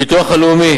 הביטוח הלאומי,